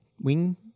Wing